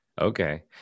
Okay